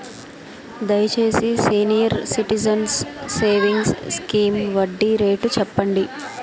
దయచేసి senior citizens savings scheme వడ్డీ rate చెప్పండి